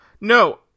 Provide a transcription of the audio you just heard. No